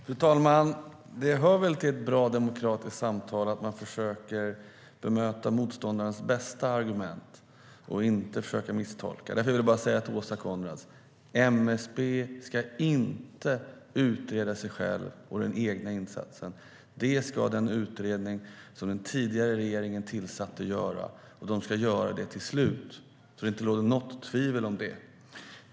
Fru talman! Det hör till ett bra demokratiskt samtal att man försöker bemöta motståndarens bästa argument och inte försöker misstolka. Jag vill säga till Åsa Coenraads: MSB ska inte utreda sig själv och den egna insatsen. Det ska den utredning göra som den tidigare regeringen tillsatte, och den ska göra det till slut, så att det inte råder något tvivel om det.